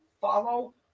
follow